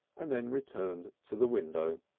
and then returned to the window.